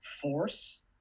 force